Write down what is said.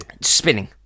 Spinning